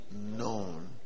known